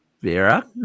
Vera